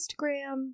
instagram